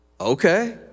okay